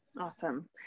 Awesome